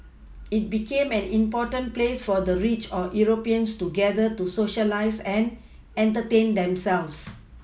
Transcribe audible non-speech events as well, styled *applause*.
it became an important place for the rich or Europeans to gather to Socialise and entertain themselves *noise*